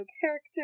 character